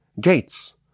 gates